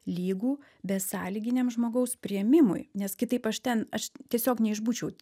lygu besąlyginiam žmogaus priėmimui nes kitaip aš ten aš tiesiog neišbūčiau